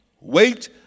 Wait